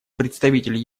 представитель